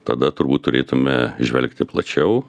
tada turbūt turėtume žvelgti plačiau